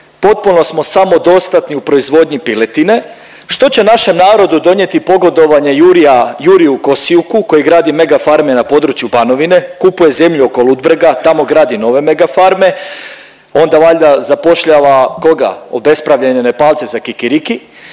potpuno smo samodostatni u proizvodnji piletine, što će našem narodu donijeti pogodovanje Jurju Kosiuku koji gradi megafarme na području Banovine, kupuje zemlju oko Ludbrega tamo gradi nove megafarme. Onda valjda zapošljava koga? Obespravljene Nepalce za kikiriki.